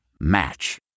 Match